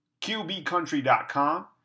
QBCountry.com